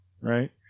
right